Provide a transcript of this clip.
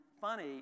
funny